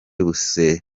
busesuye